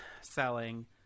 selling